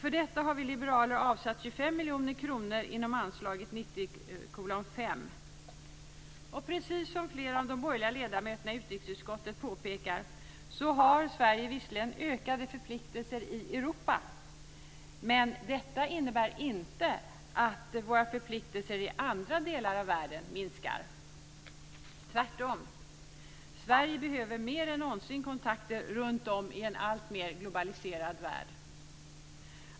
För detta har vi liberaler avsatt 25 Precis som flera av de borgerliga ledamöterna i utrikesutskottet påpekar har Sverige visserligen ökade förpliktelser i Europa, men detta innebär inte att våra förpliktelser i andra delar av världen minskar - tvärtom. Sverige behöver mer än någonsin kontakter runtom i en alltmer globaliserad värld.